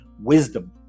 wisdom